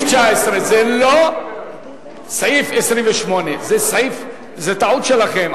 זה לא סעיף 28, זה טעות שלכם.